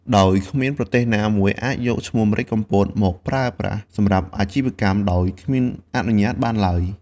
ដោយគ្មានប្រទេសណាមួយអាចយកឈ្មោះម្រេចកំពតមក ប្រើប្រាស់ សម្រាប់អាជីវកម្មដោយគ្មានអនុញ្ញាតបានឡើយ។